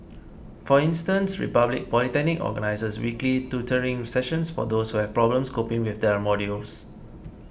for instance Republic Polytechnic organizes weekly tutoring sessions for those who have problems coping with their modules